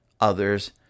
others